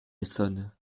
essonnes